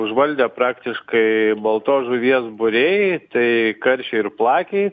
užvaldė praktiškai baltos žuvies būriai tai karšiai ir plakiai